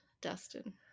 Dustin